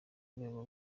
rwego